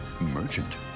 merchant